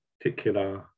particular